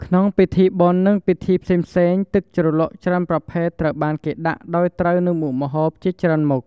ក្នុងពិធីបុណ្យ និងពិធីផ្សេងៗ ទឹកជ្រលក់ច្រើនប្រភេទត្រូវបានគេដាក់ដោយត្រូវនឹងមុខម្ហូបជាច្រើនមុខ។